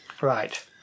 Right